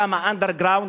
כמה backgrounds,